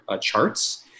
charts